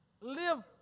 live